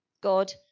God